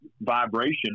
vibration